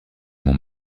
mont